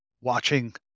watching